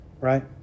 right